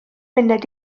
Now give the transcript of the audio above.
munud